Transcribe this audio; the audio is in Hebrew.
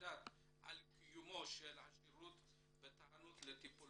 לדעת על קיומו של השירות בתחנות לטיפול